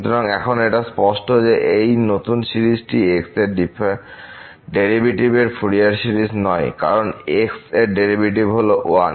সুতরাং এখন এটা স্পষ্ট যে এই নতুন সিরিজটি x এর ডেরিভেটিভের ফুরিয়ার সিরিজ নয় কারণ x এর ডেরিভেটিভ হল 1